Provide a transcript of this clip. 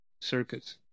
circuits